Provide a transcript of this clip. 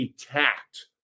attacked